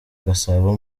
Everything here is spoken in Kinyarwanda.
gasabo